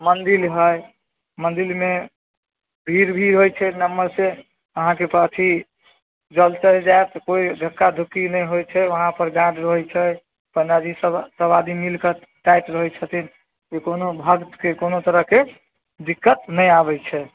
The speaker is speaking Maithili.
मन्दिर हइ मन्दिरमे भीड़ भी होइ छै नम्बरसँ अहाँके तऽ अथी जल चढ़ि जाएत कोइ धक्का धुक्की नहि होइ छै वहाँपर गार्ड रहै छै पण्डाजीसब सब आदमी मिलिकऽ टाइट रहै छै कोनो भक्तके कोनो तरहके दिक्कत नहि आबै छै